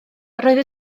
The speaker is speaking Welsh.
roedd